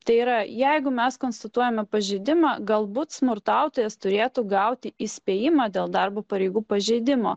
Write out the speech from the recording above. tai yra jeigu mes konstatuojame pažeidimą galbūt smurtautojas turėtų gauti įspėjimą dėl darbo pareigų pažeidimo